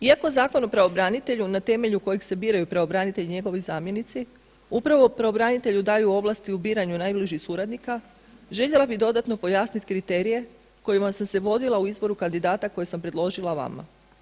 Iako Zakon o pravobranitelju na temelju kojeg se biraju pravobranitelji i njegovi zamjenici upravo pravobranitelju daju ovlasti u biranju najbližih suradnika, željela bih dodatno pojasniti kriterije kojima sam se vodila u izboru kandidata koje sam predložila vama.